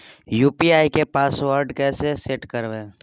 UPI के password set केना करबे?